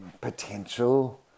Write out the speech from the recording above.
potential